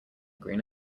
green